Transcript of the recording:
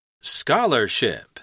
scholarship